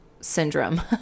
syndrome